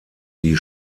die